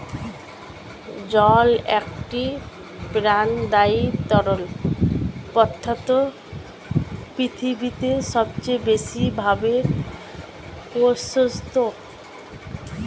জল একটি প্রাণদায়ী তরল পদার্থ পৃথিবীতে সবচেয়ে বেশি ভাবে প্রস্তুত